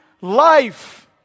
life